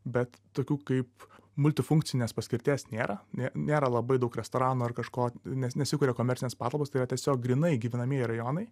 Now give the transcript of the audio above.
bet tokių kaip multifunkcinės paskirties nėra ne nėra labai daug restoranų ar kažko nes nesikuria komercinės patalpos tai yra tiesiog grynai gyvenamieji rajonai